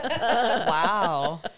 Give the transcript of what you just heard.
Wow